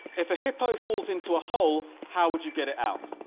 if a hippo falls into a hole, how would you get it out?